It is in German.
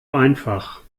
einfach